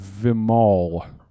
Vimal